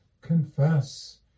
confess